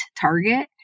target